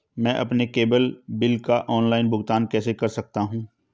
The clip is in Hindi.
मैं अपने केबल बिल का ऑनलाइन भुगतान कैसे कर सकता हूं?